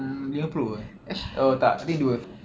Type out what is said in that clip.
mm lima puluh eh oh tak I think dua